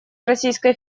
российской